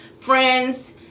friends